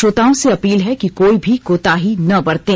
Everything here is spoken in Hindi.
श्रोताओं से अपील है कि कोई भी कोताही न बरतें